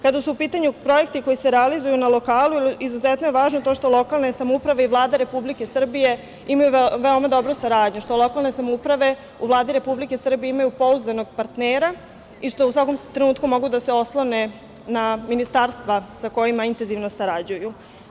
Kada su u pitanju projekti koji se realizuju na lokalu, izuzetno je važno to što lokalne samouprave i Vlada Republike Srbije imaju veoma dobru saradnju, što lokalne samouprave u Vladi Republike Srbije imaju pouzdanog partnera i što u svakom trenutku mogu da se oslone na ministarstva sa kojima intezivno sarađuju.